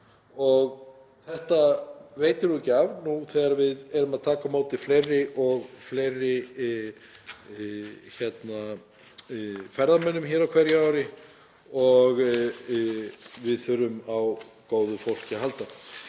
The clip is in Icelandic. og það veitir ekki af nú þegar við erum að taka á móti fleiri og fleiri ferðamönnum hér á hverju ári. Við þurfum á góðu fólki að halda.